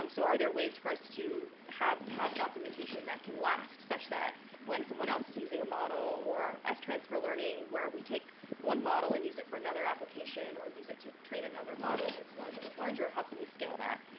um so are there ways for us to have have documentation that can last such as when someone else is using a model or as transfer learning where we take one model and use it for another application or use it to train another model, gets larger and larger, how can we scale that?